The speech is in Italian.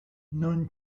non